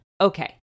Okay